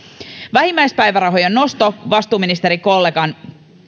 vähimmäispäivärahojen nosto vastuuministerikollegan